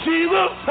Jesus